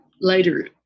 later